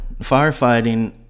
firefighting